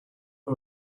who